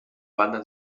banda